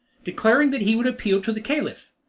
declaring that he would appeal to the caliph,